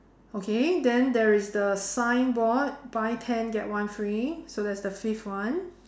okay then there is the signboard buy ten get one free so that's the fifth one